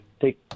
take –